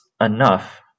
enough